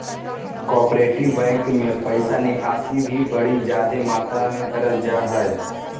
cooperative bank मे पैसा निकासी भी बड़ी जादे मात्रा मे करल जा हय